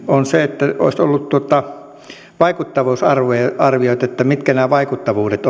on se että olisi ollut vaikuttavuusarviot että mitkä nämä vaikuttavuudet